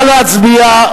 נא להצביע.